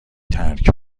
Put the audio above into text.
ترک